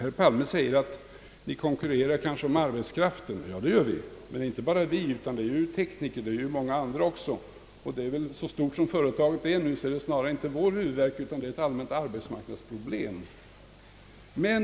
Herr Palme säger att vi kanske konkurrerar om arbetskraften. Ja, det gör vi. Men inte bara vi, utan det gäller också i fråga om tekniker och många andra. Så stort som företaget nu är så är detta inte vår huvudvärk utan snarare ett allmänt arbetsmarknadsproblem.